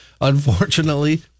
unfortunately